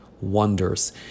wonders